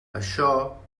això